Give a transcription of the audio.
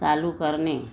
चालू करणे